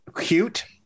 cute